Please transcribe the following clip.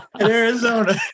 Arizona